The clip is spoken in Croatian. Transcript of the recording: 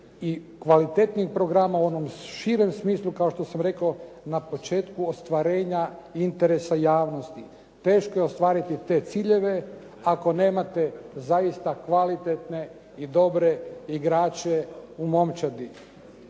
i kvalitetnijeg programa u onom širem smislu kao što sam rekao na početku ostvarenja interesa javnosti. Teško je ostvariti te ciljeve, ako nemate zaista kvalitetne i dobre igrače u momčadi.